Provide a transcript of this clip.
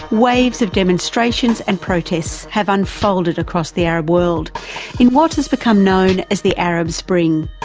waves of demonstrations and protests have unfolded across the arab world in what has become known as the arab spring.